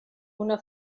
una